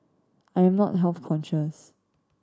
I am not health conscious